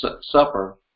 Supper